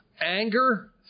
Anger